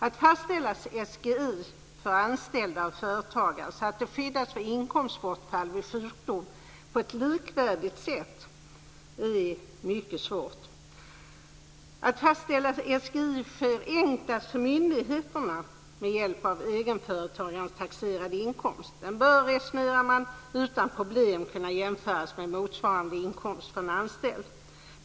Att fastställa SGI, sjukpenninggrundande inkomst, för anställda och företagare så att de skyddas för inkomstbortfall vid sjukdom på ett likvärdigt sätt är mycket svårt. Att fastställa SGI sker enklast för myndigheterna med hjälp av egenföretagarens taxerade inkomst. Den bör, resonerar man, utan problem kunna jämföras med en motsvarande inkomst för en anställd.